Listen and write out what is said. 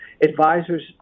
Advisors